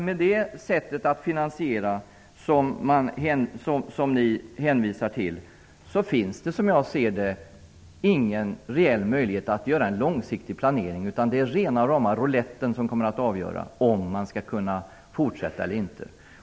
Med det sätt att finansiera som ni socialdemokrater hänvisar till finns det, såvitt jag kan förstå, ingen reell möjlighet till en långsiktig planering, utan det är ett roulettspel där kulan avgör om friskolorna kan fortsätta eller inte.